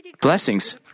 blessings